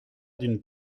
d’une